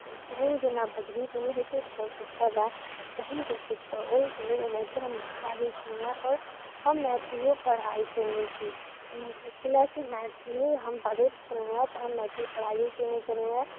तू जेना बजबीही तोहर छोटका भाय बहिन सब सीखतहुँ ओहिके लेल ओनाहिते हम बजैत छलहुँ हँ आओर हम मैथिलिओ पढ़ाइ कयने छी मिथिलाके मैथिली हम बजैत छलहुँ हँ तऽ हम मैथिली पढ़ाइयो कयने छलहुँ हँ